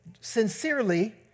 sincerely